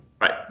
Right